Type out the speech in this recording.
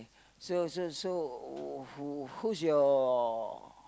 so so so who who's your